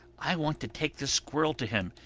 i want to take this squirrel to him.